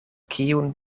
kiun